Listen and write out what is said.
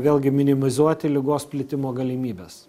vėlgi minimizuoti ligos plitimo galimybes